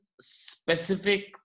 specific